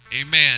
Amen